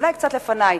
אולי קצת לפני.